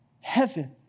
heaven